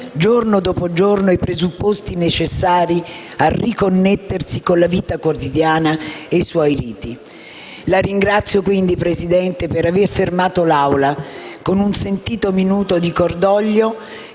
giorno dopo giorno, i presupposti necessari a riconnettersi con la vita quotidiana e i suoi riti. La ringrazio, quindi, Presidente, per aver fermato i lavori dell'Assemblea con un sentito minuto di cordoglio